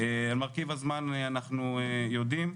מרכיב הזמן אנחנו יודעים,